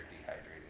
dehydrated